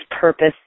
purpose